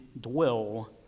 dwell